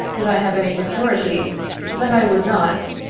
would i have any security that i would not,